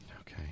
Okay